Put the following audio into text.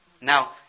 Now